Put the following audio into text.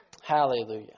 Hallelujah